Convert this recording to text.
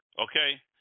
Okay